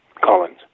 Collins